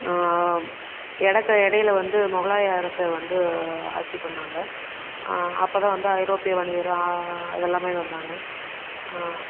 எடக்க இடையில வந்து முகலாய அரசர் வந்து ஆட்சி பண்ணாங்க அப்போதான் வந்து ஐரோப்பிய வணிகர் இதெல்லாமே வந்தாங்க